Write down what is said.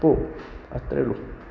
പോവും അത്രേയുള്ളു